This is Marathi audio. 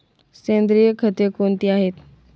सेंद्रिय खते कोणती आहेत?